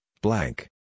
blank